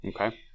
Okay